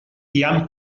ian